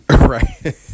Right